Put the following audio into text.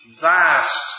vast